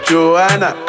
Joanna